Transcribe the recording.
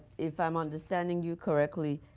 if i'm understanding you correctly,